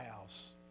house